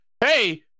Hey